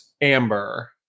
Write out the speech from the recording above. Amber